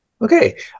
Okay